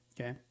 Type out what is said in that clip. Okay